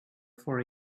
for